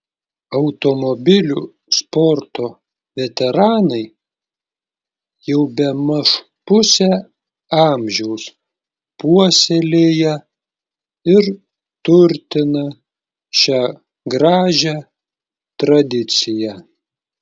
automobilių sporto veteranai jau bemaž pusę amžiaus puoselėja ir turtina šią gražią tradiciją